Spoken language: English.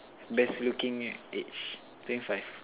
best looking age twenty five